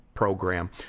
program